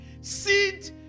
seed